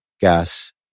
gas